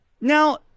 Now –